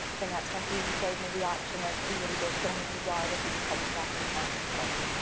then that's when he gave me the option of he would either kill me in the yard or he would take me back in the house and kill me.